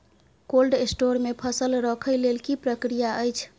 Cold store मे फसल रखय लेल की प्रक्रिया अछि?